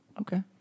Okay